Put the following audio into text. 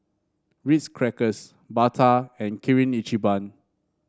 Ritz Crackers Bata and Kirin Ichiban